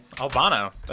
Albano